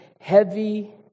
heavy